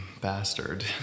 bastard